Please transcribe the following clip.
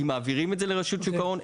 האם מעבירים את זה לרשות שוק ההון?